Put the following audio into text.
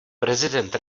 prezident